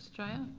jaya.